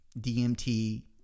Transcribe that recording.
DMT